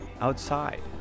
outside